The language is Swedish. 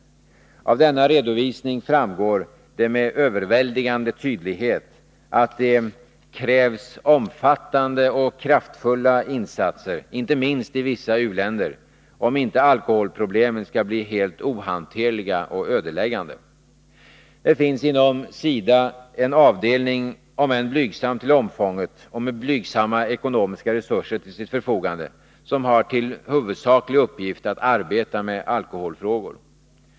Av denna redovisning framgår det med överväldigande tydlighet att det krävs omfattande och kraftfulla insatser, inte minst i vissa u-länder, om inte alkoholproblemen skall bli helt ohanterliga och ödeläggande. Det finns inom SIDA en avdelning, om än blygsam till omfånget och med blygsamma ekonomiska resurser till sitt förfogande, som har till huvudsaklig uppgift att arbeta med alkoholfrågor.